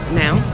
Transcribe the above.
now